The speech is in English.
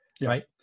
right